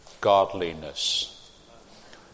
godliness